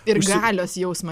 ir galios jausmą